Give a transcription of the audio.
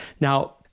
Now